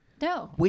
No